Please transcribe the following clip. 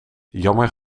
jammer